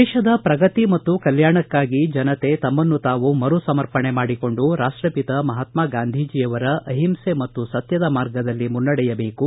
ದೇಶದ ಪ್ರಗತಿ ಮತ್ತು ಕಲ್ಕಾಣಕ್ಕಾಗಿ ಜನತೆ ತಮ್ಮನ್ನು ತಾವು ಮರು ಸಮರ್ಪಣೆ ಮಾಡಿಕೊಂಡು ರಾಷ್ಟಪಿತ ಮಹಾತ್ಮಾ ಗಾಂಧೀಜಿ ಅವರ ಅಹಿಂಸೆ ಮತ್ತು ಸತ್ಯದ ಮಾರ್ಗದಲ್ಲಿ ಮುನ್ನಡೆಯಬೇಕು